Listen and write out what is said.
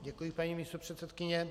Děkuji, paní místopředsedkyně.